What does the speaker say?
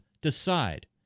decide